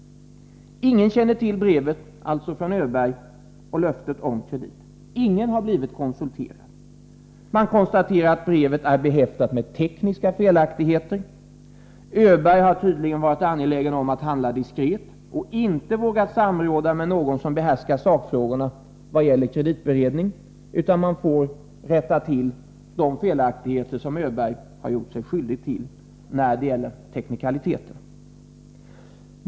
Ingen känner till brevet från Öberg och löftet om kredit. Ingen har blivit konsulterad. Man konstaterar att brevet är behäftat med tekniska felaktigheter. Öberg har tydligen varit angelägen om att handla diskret och inte vågat samråda med någon som behärskar sakfrågorna vad gäller kreditberedning, utan man får rätta till de felaktigheter som Öberg har gjort sig skyldig till när det gäller teknikaliteter.